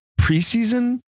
preseason